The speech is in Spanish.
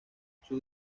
sus